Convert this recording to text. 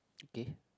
K